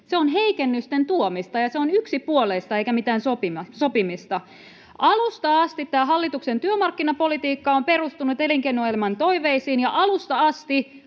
Se on heikennysten tuomista ja se on yksipuolista eikä mitään sopimista. Alusta asti tämä hallituksen työmarkkinapolitiikka on perustunut elinkeinoelämän toiveisiin, ja alusta asti